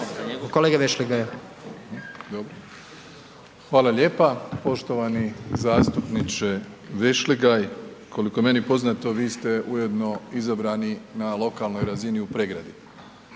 Andrej (HDZ)** Hvala lijepa. Poštovani zastupniče VEšligaj. Koliko je meni poznato vi ste ujedno izabrani na lokalnoj razni u Pregradi.